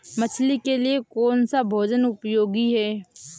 मछली के लिए कौन सा भोजन उपयोगी है?